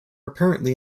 apparently